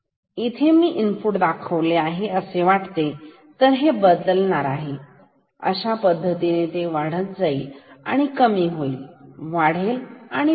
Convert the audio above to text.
इथे मी इनपूट दाखवतो जे असे वाटते तर हे बदलत आहे अशा पद्धतीने वाढत जाते कमी होते वाढते आणि असेच पुढेही